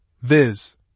viz